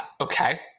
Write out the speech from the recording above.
okay